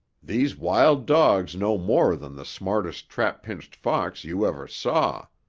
these wild dogs know more than the smartest trap-pinched fox you ever saw.